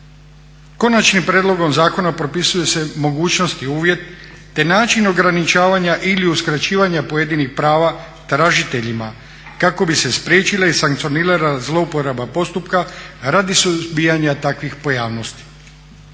Konačnim prijedlogom zakona propisuju se mogućnosti, uvjet, te način ograničavanja ili uskraćivanja pojedinih prava tražiteljima kako bi se spriječila i sankcionirala zlouporaba postupka radi suzbijanja takvih pojavnosti.